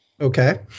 Okay